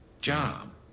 Job